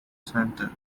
centre